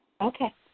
Okay